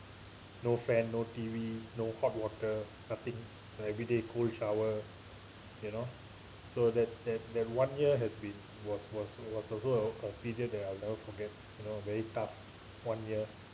no fan no T_V no hot water nothing everyday cold shower you know so that that that one year has been was was was also a a period that I'll never forget you know very tough one year